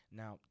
now